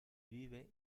vive